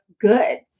good